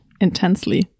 intensely